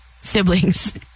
siblings